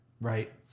right